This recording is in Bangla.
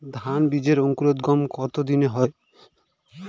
ধান বীজের অঙ্কুরোদগম কত দিনে হয়?